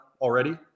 already